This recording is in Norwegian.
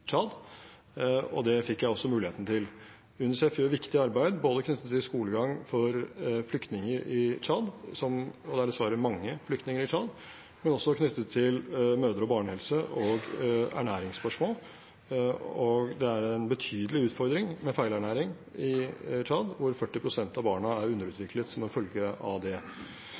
og det fikk jeg også muligheten til. UNICEF gjør et viktig arbeid, både knyttet til skolegang for flyktninger i Tsjad – og det er dessverre mange flyktninger i Tsjad – og også knyttet til mødre- og barnehelse og ernæringsspørsmål. Det er en betydelig utfordring med feilernæring i Tsjad, hvor 40 pst. av barna er underutviklet som en følge av det.